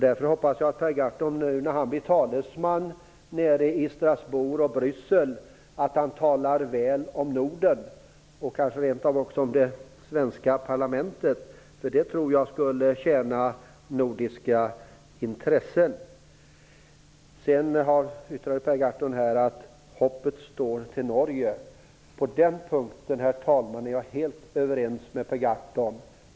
Därför hoppas jag att Per Gahrton talar väl om Norden och kanske även om det svenska parlamentet nu när han blir talesman nere i Strasbourg och Bryssel. Jag tror att det skulle tjäna nordiska intressen. Sedan sade Per Gahrton att hoppet står till Norge. På den punkten, herr talman, är jag helt överens med Per Gahrton.